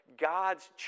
God's